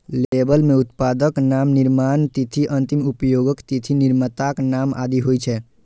label मे उत्पादक नाम, निर्माण तिथि, अंतिम उपयोगक तिथि, निर्माताक नाम आदि होइ छै